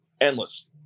endless